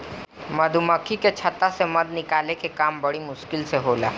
मधुमक्खी के छता से मध निकाले के काम बड़ी मुश्किल होला